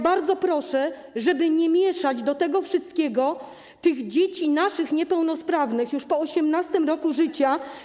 Bardzo proszę, żeby nie mieszać do tego wszystkiego naszych dzieci, niepełnosprawnych, już po 18. roku życia.